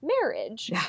marriage